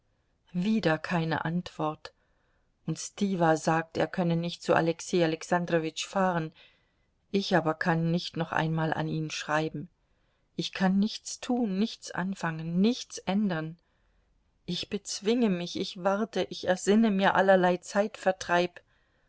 wieder keine antwort und stiwa sagt er könne nicht zu alexei alexandrowitsch fahren ich aber kann nicht noch einmal an ihn schreiben ich kann nichts tun nichts anfangen nichts ändern ich bezwinge mich ich warte ich ersinne mir allerlei zeitvertreib